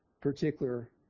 particular